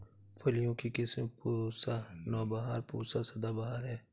फलियों की किस्म पूसा नौबहार, पूसा सदाबहार है